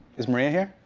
is maria here?